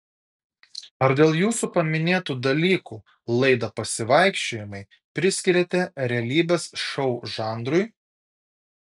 ar dėl jūsų paminėtų dalykų laidą pasivaikščiojimai priskiriate realybės šou žanrui